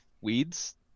weeds